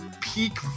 peak